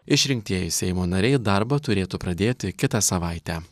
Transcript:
išrinktieji seimo nariai darbą turėtų pradėti kitą savaitę